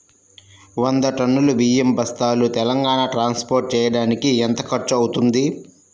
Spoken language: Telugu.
వంద టన్నులు బియ్యం బస్తాలు తెలంగాణ ట్రాస్పోర్ట్ చేయటానికి కి ఎంత ఖర్చు అవుతుంది?